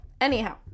anyhow